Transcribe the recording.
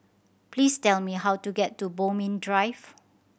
please tell me how to get to Bodmin Drive